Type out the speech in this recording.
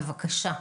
בבקשה.